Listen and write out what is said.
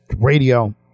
radio